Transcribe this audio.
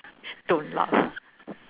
don't laugh